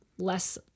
less